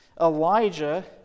Elijah